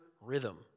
rhythm